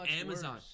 Amazon